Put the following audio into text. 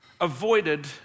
avoided